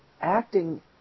acting